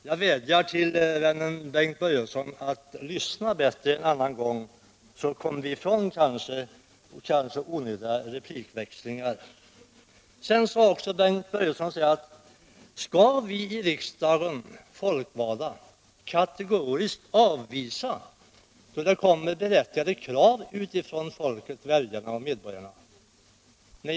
Jag vädjar till vännen Bengt Börjesson att lyssna bättre en annan gång så kanske vi kommer ifrån onödiga replikväxlingar. Sedan ställde Bengt Börjesson också frågan: Skall vi i riksdagen — vi folkvalda — kategoriskt avvisa berättigade krav utifrån folket, från väljarna och medborgarna? Nej!